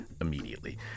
immediately